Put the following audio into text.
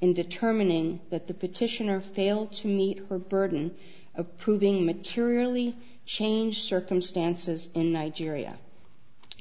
in determining that the petitioner failed to meet her burden of proving materially changed circumstances in nigeria